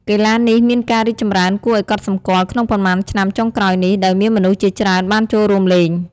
កីឡានេះមានការរីកចម្រើនគួរឲ្យកត់សម្គាល់ក្នុងប៉ុន្មានឆ្នាំចុងក្រោយនេះ ដោយមានមនុស្សជាច្រើនបានចូលរួមលេង។